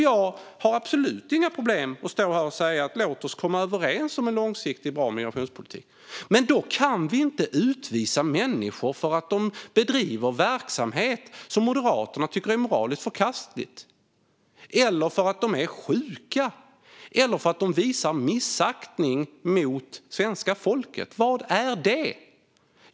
Jag har absolut inga problem med att stå här och säga: Låt oss komma överens om en långsiktig och bra migrationspolitik! Men då kan vi inte utvisa människor för att de bedriver verksamhet som Moderaterna tycker är moraliskt förkastlig, för att de är sjuka eller för att de visar missaktning mot svenska folket. Vad är det?